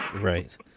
Right